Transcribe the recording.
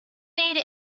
need